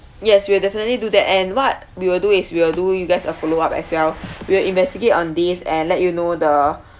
yes we'll definitely do that and what we will do is we will do you guys a follow up as well we'll investigate on these and let you know the